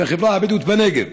בחברה הבדואית בנגב.